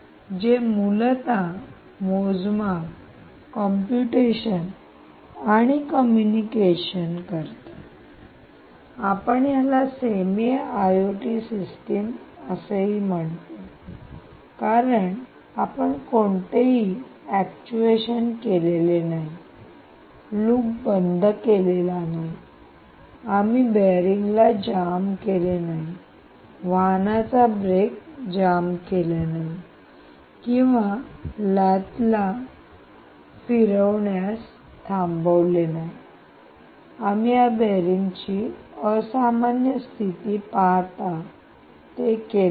जे मूलत मोजमाप कम्प्युटेशन आणि कम्युनिकेशन करते आपण याला सेमी आयओटी सिस्टम म्हणतो कारण आपण कोणतेही अक्च्युएशन केलेले नाही लूप बंद केला नाही आम्ही बेअरिंगला जाम केले नाही वाहनाचा ब्रेक जाम केले नाही किंवा लॅथला फिरण्यास थांबवले नाही आम्ही या बीयरिंगची असामान्य स्थिती पाहता ते केले नाही